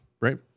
right